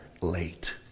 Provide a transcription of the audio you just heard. late